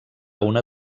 una